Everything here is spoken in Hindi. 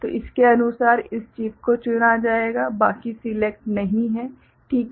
तो इसके अनुसार इस चिप को चुना जाएगा बाकी सिलेक्टेड नहीं हैं ठीक है